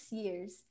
years